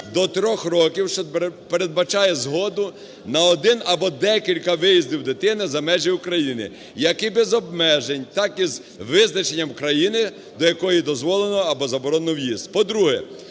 до трьох років, що передбачає згоду на один або декілька виїздів дитини за межі України як без обмежень, так і з визначенням країни, до якої дозволено або заборонено в'їзд.